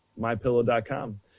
Mypillow.com